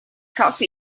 coffee